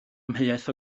amheuaeth